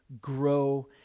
grow